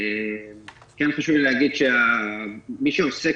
כן חשוב לי להגיד שמי שעוסק